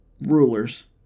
rulers